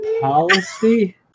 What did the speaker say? policy